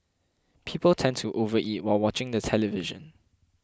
people tend to overeat while watching the television